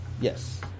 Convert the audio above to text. Yes